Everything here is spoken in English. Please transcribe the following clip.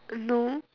no